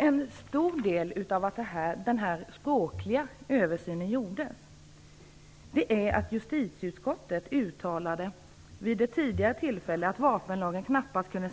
En stor del av orsaken till att den språkliga översynen gjordes är att justitieutskottet vid ett tidigare tillfälle uttalade att vapenlagen knappast kunde